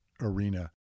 arena